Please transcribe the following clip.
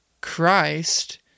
Christ